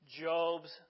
Job's